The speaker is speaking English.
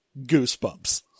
Goosebumps